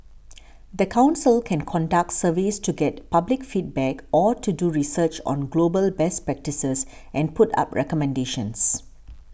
the council can conduct surveys to get public feedback or to do research on global best practices and put up recommendations